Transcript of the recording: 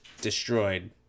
destroyed